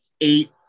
eight